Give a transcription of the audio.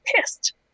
pissed